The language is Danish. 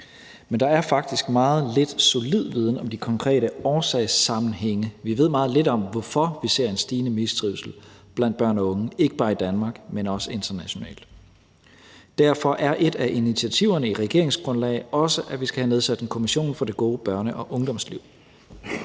Men der er faktisk meget lidt solid viden om de konkrete årsagssammenhænge. Vi ved meget lidt om, hvorfor vi ser en stigende mistrivsel blandt børn og unge, ikke bare i Danmark, men også internationalt. Derfor er et af initiativerne i regeringsgrundlaget også, at vi skal have nedsat en kommission for det gode børne- og ungdomsliv.